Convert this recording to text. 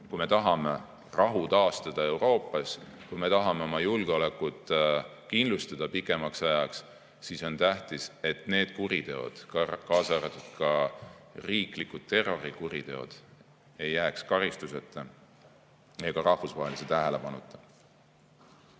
kui me tahame rahu taastada Euroopas, kui me tahame oma julgeolekut kindlustada pikemaks ajaks, siis on tähtis, et need kuriteod, kaasa arvatud riiklikud terrorikuriteod, ei jääks karistuseta ega rahvusvahelise tähelepanuta.